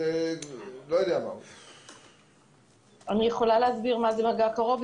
אני יכולה להסביר מה זה מגע קרוב,